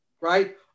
right